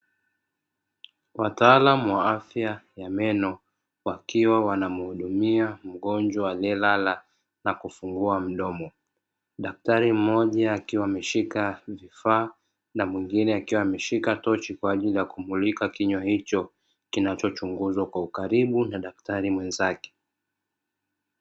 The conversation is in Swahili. Wataalamu wa afya ya meno, wakiwa wanamhudumia mgonjwa aliyelala na kufungua mdomo. Daktari mmoja akiwa ameshika vifaa na mwingine akiwa ameshika tochi kwa ajili ya kumulika kinywa hicho kinachochunguzwa kwa ukaribu na daktari mwenzake.